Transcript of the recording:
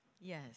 Yes